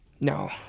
No